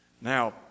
Now